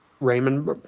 Raymond